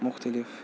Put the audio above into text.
مُختٔلِف